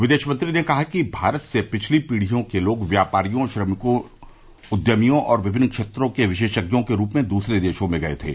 विदेश मंत्री ने कहा कि भारत से पिछली पीढ़ियों के लोग व्यापारियों श्रमिकों उद्यमियों और विभिन्न क्षेत्रों के विशेषज्ञों के रूप में दूसरे देशों में गए थे